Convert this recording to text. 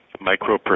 Micro